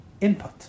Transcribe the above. input